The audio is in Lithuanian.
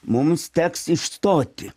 mums teks išstoti